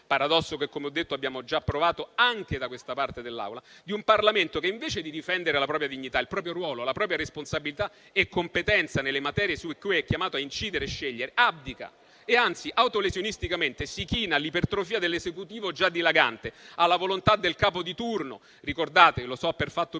paradosso (che, come ho detto, abbiamo già approvato anche da questa parte dell'Aula) di un Parlamento che, invece di difendere la propria dignità, il proprio ruolo, la propria responsabilità e competenza nelle materie su cui è chiamato a incidere e scegliere, abdica e anzi autolesionisticamente si china all'ipertrofia dell'Esecutivo, già dilagante, alla volontà del capo di turno. Ricordate - lo so per fatto